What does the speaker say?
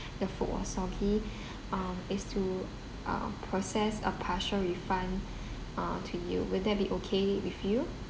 the food was soggy um is to uh process a partial refund uh to you would that be okay with you